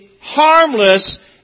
harmless